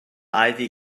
ivy